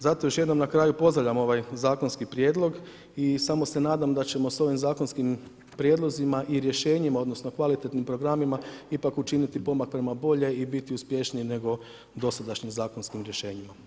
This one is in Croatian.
Zato još jednom na kraju pozdravljam ovaj zakonski prijedlog i samo se nadam da ćemo s ovim zakonskim prijedlozima i rješenjima, odnosno kvalitetnim programima ipak učiniti pomak prema bolje i biti uspješniji nego dosadašnjim zakonskim rješenjima.